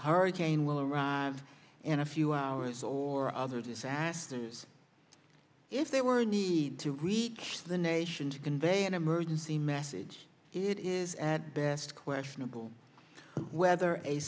hurricane will arrive in a few hours or other disasters if they were in need to reach the nation to convey an emergency message it is at best questionable whether a